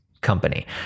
company